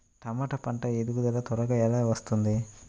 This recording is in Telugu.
టమాట పంట ఎదుగుదల త్వరగా ఎలా వస్తుంది?